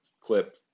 clip